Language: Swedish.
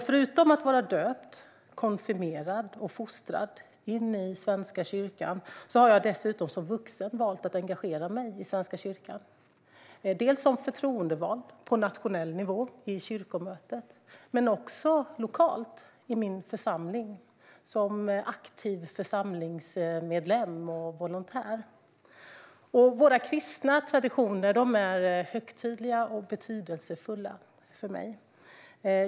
Förutom att vara döpt, konfirmerad och fostrad in i Svenska kyrkan har jag dessutom som vuxen valt att engagera mig där. Det gäller dels som förtroendevald på nationell nivå i kyrkomötet, dels lokalt i min församling som aktiv församlingsmedlem och volontär. Våra kristna traditioner är högtidliga och betydelsefulla för mig.